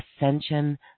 ascension